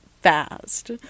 fast